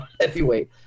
heavyweight